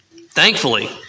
thankfully